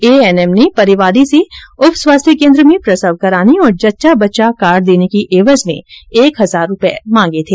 ANM ने परिवादी से उप स्वास्थ्य केन्द्र में प्रसव कराने और जच्चा बच्चा कार्ड देने की एवज में एक हजार रूपये की रिश्वत मांगी थी